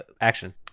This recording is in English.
action